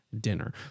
dinner